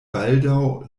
baldaŭ